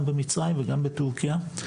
גם במצרים וגם בטורקיה.